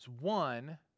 One